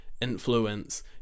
influence